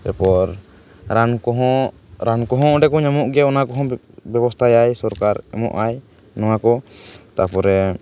ᱮᱨᱯᱚᱨ ᱨᱟᱱ ᱠᱚᱦᱚᱸ ᱨᱟᱱ ᱠᱚᱦᱚᱸ ᱚᱸᱰᱮ ᱠᱚ ᱧᱟᱢᱚᱜ ᱜᱮᱭᱟ ᱚᱱᱟ ᱠᱚᱦᱚᱸ ᱵᱮᱵᱚᱥᱛᱟᱭᱟᱭ ᱥᱚᱨᱠᱟᱨ ᱮᱢᱚᱜ ᱟᱭ ᱱᱚᱣᱟ ᱠᱚ ᱛᱟᱯᱚᱨᱮ